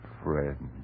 friend